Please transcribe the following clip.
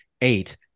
eight